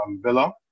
Villa